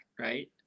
right